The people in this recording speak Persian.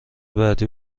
بعدی